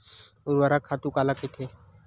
ऊर्वरक खातु काला कहिथे?